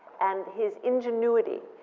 and his ingenuity,